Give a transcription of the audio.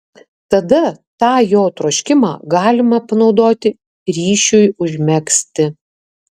tada tą jo troškimą galima panaudoti ryšiui užmegzti